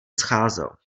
scházel